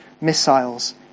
missiles